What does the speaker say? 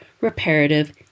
reparative